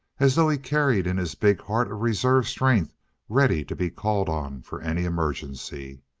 as though he carried in his big heart a reserve strength ready to be called on for any emergency.